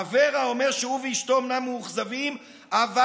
אברה אומר שהוא ואשתו אמנם מאוכזבים אבל